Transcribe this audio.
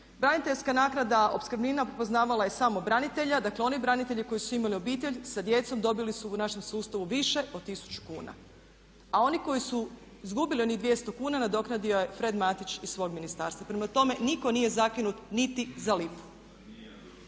braniteljska naknada, opskrbnina prepoznavala je samo branitelja, dakle oni branitelji koji su imali obitelj sa djecom dobili su u našem sustavu više od 1000 kuna, a oni koji su izgubili onih 200 kuna nadoknadio je Fred Matić iz svog ministarstva. Prema tome, nitko nije zakinut niti za lipu.